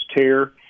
tear